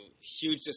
huge